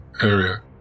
area